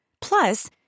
Plus